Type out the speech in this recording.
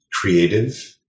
creative